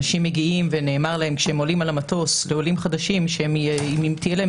אנשים מגיעים ונאמר להם כשהם עולים על המטוס שאם תהיה להם